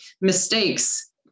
mistakes